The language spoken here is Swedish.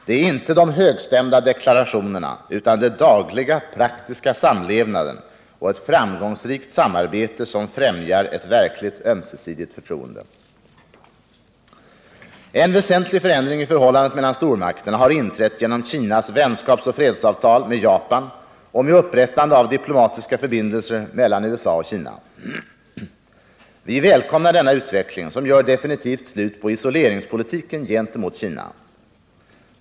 Det är inte de högstämda deklarationerna, utan den dagliga praktiska samlevnaden och ett framgångsrikt samarbete som främjar ett verkligt ömsesidigt förtroende. En väsentlig förändring i förhållandet mellan stormakterna har inträtt genom Kinas vänskapsoch fredsavtal med Japan och upprättandet av diplomatiska förbindelser mellan USA och Kina. Vi välkomnar denna utveckling, som gör definitivt slut på isoleringspolitiken gentemot Kina.